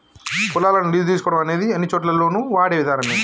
పొలాలను లీజు తీసుకోవడం అనేది అన్నిచోటుల్లోను వాడే విధానమే